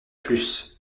plus